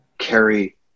carry